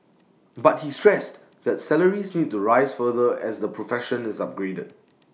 but he stressed that salaries need to rise further as the profession is upgraded